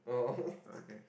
oh